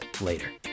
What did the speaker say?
later